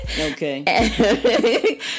Okay